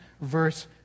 verse